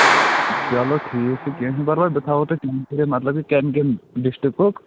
چلو ٹھیٖک چھُ کیٚنٛہہ چھُنہٕ پرواے بہٕ تھاہو تۄہہِ مطلب کمہِ کَمہِ ڈِسٹرکُک